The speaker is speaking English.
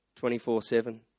24-7